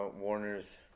Warner's